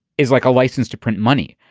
is like a license to print money.